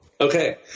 Okay